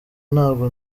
ntabwo